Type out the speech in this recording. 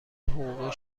حقوقی